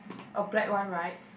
a black one right